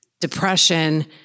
depression